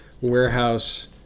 warehouse